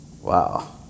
Wow